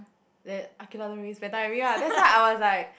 then I that's why I was like